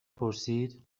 پرسید